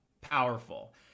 Powerful